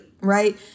right